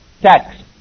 tax